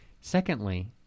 Secondly